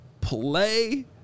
play